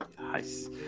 Nice